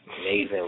Amazing